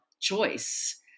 choice